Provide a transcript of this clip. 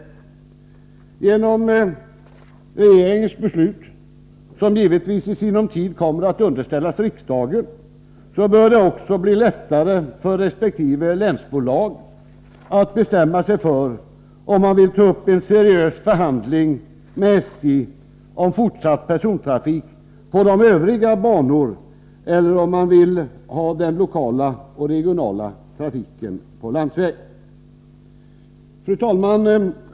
Genom regeringens beslut, som givetvis i sinom tid kommer att underställas riksdagen, bör det också bli lättare för resp. länsbolag att bestämma sig för om man vill ta upp en seriös förhandling med SJ om fortsatt persontrafik på övriga banor eller om man vill ha den lokala och regionala trafiken på landsväg. Fru talman!